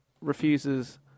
refuses